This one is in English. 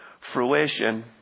fruition